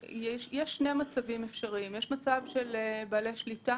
שני מצבים אפשריים: מצב של בעלי שליטה